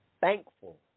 thankful